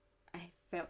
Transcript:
I felt